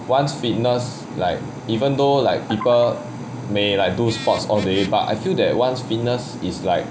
wants fitness like even though like people may like do sports all day but I feel that wants fitness is like